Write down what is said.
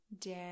down